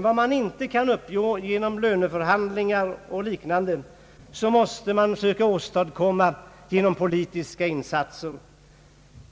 Vad man inte kan uppnå genom löneförhandlingar och liknande måste man söka åstadkomma genom politiska insatser.